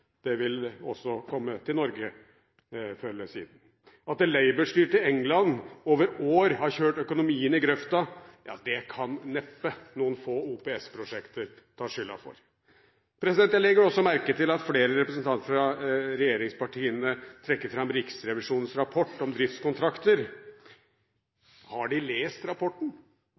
Det vil også komme til Norge før eller siden. At det Labour-styrte England over år har kjørt økonomien i grøfta, kan neppe noen få OPS-prosjekter ta skylden for. Jeg legger også merke til at flere representanter fra regjeringspartiene trekker fram Riksrevisjonens rapport om driftskontrakter. Har de lest rapporten?